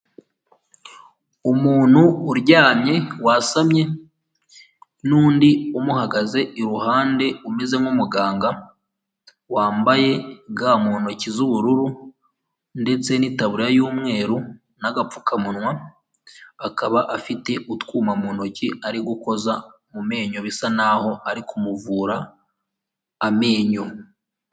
Umuntu uryamye wasamye n'undi umuhagaze iruhande umeze nk'umuganga, wambaye ga mu ntoki z'ubururu ndetse n'itaburiya y'umweru n'agapfukamunwa, akaba afite utwuma mu ntoki ari gukoza mu menyo, bisa naho ari kumuvura amenyo.